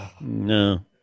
no